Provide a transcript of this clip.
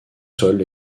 sol